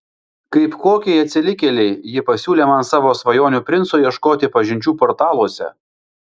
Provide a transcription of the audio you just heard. kaip kokiai atsilikėlei ji pasiūlė man savo svajonių princo ieškoti pažinčių portaluose